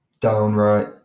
downright